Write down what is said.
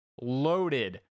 loaded